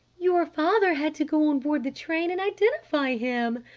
your father had to go on board the train and identify him,